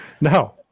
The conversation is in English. No